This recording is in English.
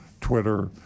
Twitter